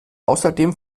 außerdem